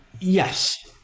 yes